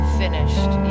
finished